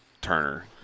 Turner